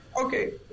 Okay